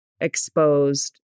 exposed